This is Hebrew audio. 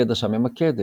והיא עדשה ממקדת.